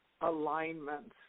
alignments